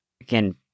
Again